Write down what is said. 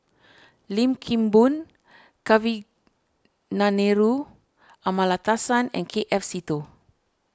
Lim Kim Boon Kavignareru Amallathasan and K F Seetoh